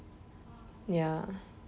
ya